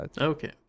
okay